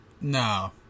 No